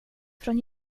från